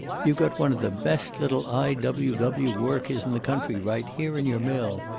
you've got one of the best little i w w. workers in the country right here in your mill.